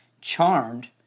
charmed